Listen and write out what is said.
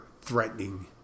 threatening